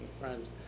friends